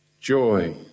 joy